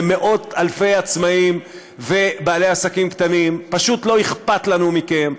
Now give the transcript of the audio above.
למאות-אלפי עצמאים ובעלי עסקים קטנים: פשוט לא אכפת לנו מכם.